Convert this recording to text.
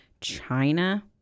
china